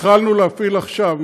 התחלנו להפעיל עכשיו,